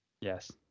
Yes